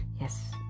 yes